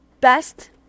best